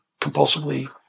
compulsively